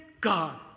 God